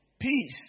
Peace